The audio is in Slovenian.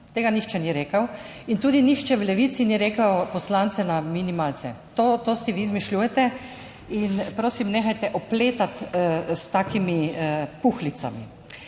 tega nihče ni rekel in tudi nihče v Levici ni rekel "poslance na minimalce". To si vi izmišljujete, in prosim nehajte opletati s takimi puhlicami.